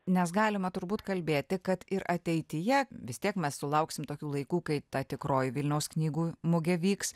nes galima turbūt kalbėti kad ir ateityje vis tiek mes sulauksim tokių laikų kai ta tikroji vilniaus knygų mugė vyks